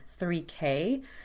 3k